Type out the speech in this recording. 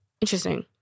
Interesting